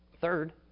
Third